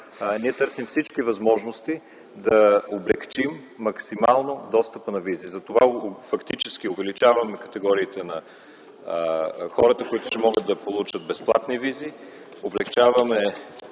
ние търсим всички възможности, за да облекчим максимално достъпа на визи. Затова практически увеличаваме категориите на хората, които ще могат да получат безплатни визи, облекчаваме